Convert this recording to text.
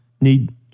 need